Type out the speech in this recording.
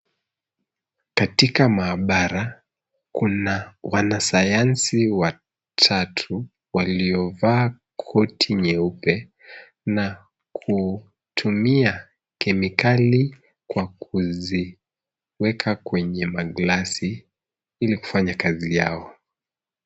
Katika maabara, kuna wanasayansi watatu waliovaa koti nyeupe, na kutumia kemikali kwa kuziweka kwenye maglasi ili kufanya kazi yao.